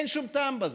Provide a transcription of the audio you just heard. אין שום טעם בזה.